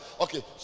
Okay